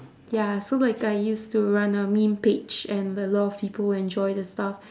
ya so like I used to run a meme page and a lot of people enjoy the stuff